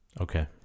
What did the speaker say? Okay